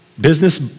Business